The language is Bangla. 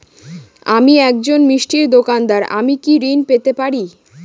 আমি একজন মিষ্টির দোকাদার আমি কি ঋণ পেতে পারি?